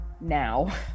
now